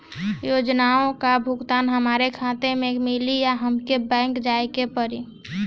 योजनाओ का भुगतान हमरे खाता में मिली या हमके बैंक जाये के पड़ी?